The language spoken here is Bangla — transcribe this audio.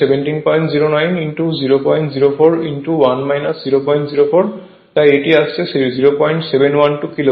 তাই এটি আসছে 0712 কিলোওয়াট